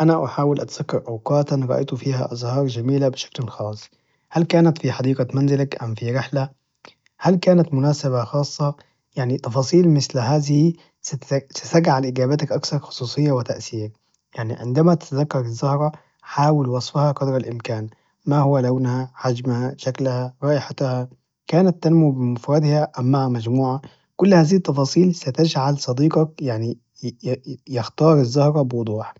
انا أحاول أتذكر أوقاتا رأيت فيها أزهار جميلة بشكل خاص هل كانت في حديقة منزلك ام في رحلة هل كانت مناسبة خاصة يعني تفاصيل مثل هذا يعني تفاصيل مثل هذه ستجعل إجابتك أكثر خصوصية وتأثير يعني عندما تتذكر الزهرة حاول وصفها قدر الإمكان ماهو لونها حجمها شكلها رائحتها كانت تنمو بمفردها أم مع مجموعة كل هذه التفاصيل ستجعل صديقك يعني ي ي ي يختار الزهرة بوضوح